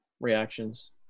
reactions